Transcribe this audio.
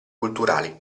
culturali